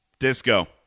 Disco